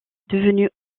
devenu